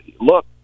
look